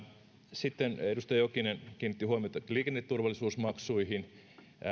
sitten edustaja jokinen kiinnitti huomiota liikenneturvallisuusmaksuihin